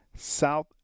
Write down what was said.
South